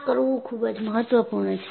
આ કરવું ખૂબ જ મહત્વપૂર્ણ છે